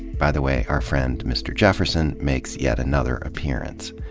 by the way, our friend mr. jefferson makes yet another appearance.